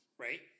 Right